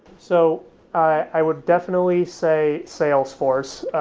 so i would definitely say salesforce.